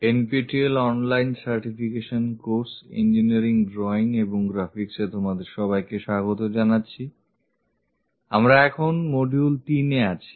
N P T E L online certification course engineering drawing এবং গ্রাফিক্সে তোমাদের সবাইকে স্বাগত জানাচ্ছিI আমরা এখন মডিউল তিনে আছি